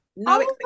No